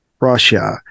Russia